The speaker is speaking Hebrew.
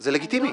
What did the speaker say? זה לגיטימי.